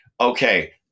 okay